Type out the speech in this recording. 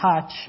touch